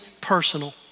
personal